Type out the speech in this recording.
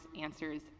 answers